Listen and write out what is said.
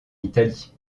italie